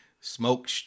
smoke